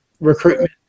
recruitment